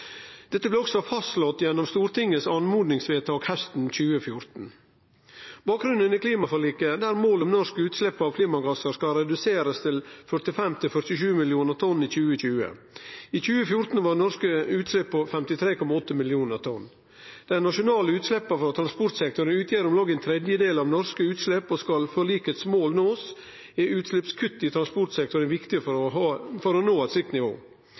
dette.» Dette blei òg slått fast gjennom Stortingets oppmodingsvedtak hausten 2014. Bakgrunnen er klimaforliket, der målet er at norske utslepp av klimagassar skal reduserast til 45–47 millionar tonn i 2020. I 2014 var norske utslepp på 53,8 millionar tonn. Dei nasjonale utsleppa frå transportsektoren utgjer om lag ein tredjedel av norske utslepp, og skal måla i klimaforliket bli nådde, er utsleppskutt i transportsektoren viktig for å nå eit slikt nivå.